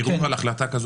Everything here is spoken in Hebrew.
ערעור על החלטה כזאת